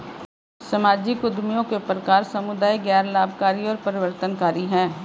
सामाजिक उद्यमियों के प्रकार समुदाय, गैर लाभकारी और परिवर्तनकारी हैं